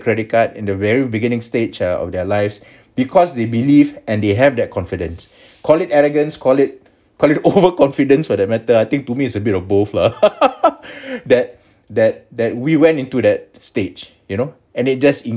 credit card in the very beginning stage uh of their lives because they believe and they have that confidence call it arrogance call it call it overconfidence for that matter I think to me is a bit of both lah that that that we went into that stage you know and it just